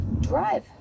drive